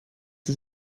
sie